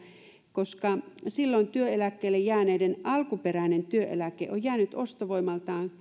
koska silloin työeläkkeille jääneiden alkuperäinen työeläke on jäänyt ostovoimaltaan